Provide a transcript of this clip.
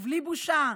ובלי בושה,